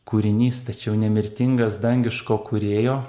kūrinys tačiau nemirtingas dangiško kūrėjo